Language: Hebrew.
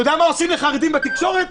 אתה יודע מה עושים לחרדים בתקשורת?